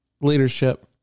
leadership